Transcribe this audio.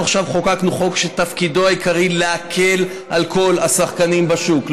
אנחנו עכשיו חוקקנו חוק שתפקידו העיקרי להקל על כל השחקנים בשוק,